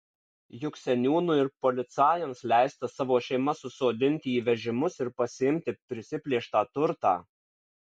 juk seniūnui ir policajams leista savo šeimas susodinti į vežimus ir pasiimti prisiplėštą turtą